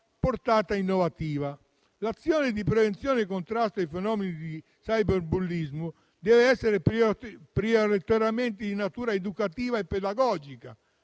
portata innovativa. L'azione di prevenzione e contrasto ai fenomeni di cyberbullismo deve infatti essere prioritariamente di natura educativa e pedagogica.